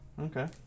Okay